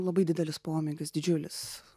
labai didelis pomėgis didžiulis